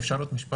אפשר משפט?